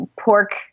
pork